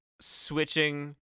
switching